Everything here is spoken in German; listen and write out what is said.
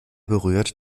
berührt